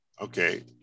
okay